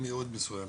עם ייעוד מסויים,